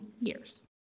years